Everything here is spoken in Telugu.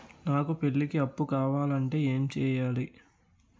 నాకు పెళ్లికి అప్పు కావాలంటే ఏం చేయాలి?